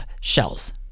shells